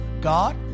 God